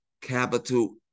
capital